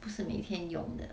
不是每天用的